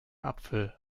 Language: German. apfel